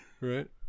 Right